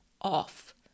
off